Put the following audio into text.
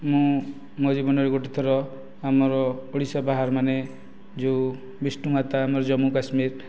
ମୁଁ ମୋ' ଜୀବନର ଗୋଟେ ଥର ଆମର ଓଡ଼ିଶା ବାହାର ମାନେ ଯେଉଁ ବିଷ୍ଟୁମାତା ଆମର ଜମ୍ମୁ କାଶ୍ମୀର